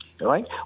right